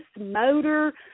motor